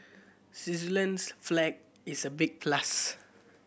Switzerland's flag is a big plus